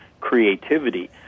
creativity